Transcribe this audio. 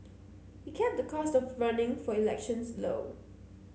he kept the cost of running for elections low